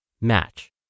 Match